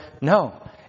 No